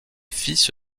fils